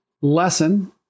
lesson